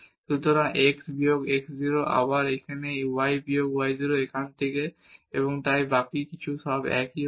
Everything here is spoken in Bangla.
সুতরাং x বিয়োগ x 0 এখানে আবার এই y বিয়োগ y 0 এখান থেকে এবং তাই বাকি সবকিছু একই হবে